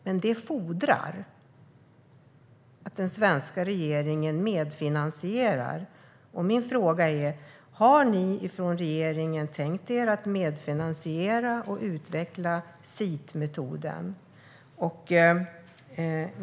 Men det fordrar att den svenska regeringen medfinansierar. Min ena fråga är: Har ni i regeringen tänkt er att medfinansiera och utveckla SIT-metoden?